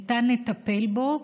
ניתן לטפל בו,